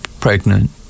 pregnant